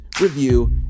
review